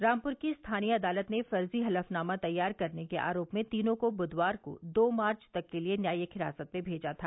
रामपुर की स्थानीय अदालत ने फर्जी हलफनामा तैयार करने के आरोप में तीनों को बुधवार को दो मार्च तक के लिए न्यायिक हिरासत में भेजा था